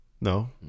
No